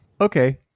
Okay